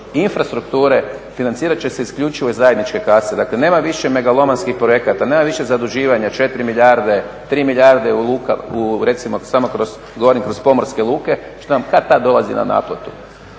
infrastrukture financirat će se isključivo iz zajedničke kase, dakle nema više megalomanskih projekata, nema više zaduživanja 4 milijarde, 3 milijarde recimo govorim samo kroz pomorske luke, što vam kad-tad dolazi na naplatu,